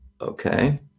okay